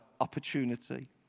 opportunity